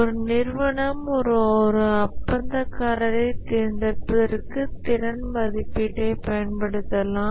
ஒரு நிறுவனம் ஒரு ஒப்பந்தக்காரரைத் தேர்ந்தெடுப்பதற்கு திறன் மதிப்பீட்டைப் பயன்படுத்தலாம்